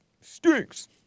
stinks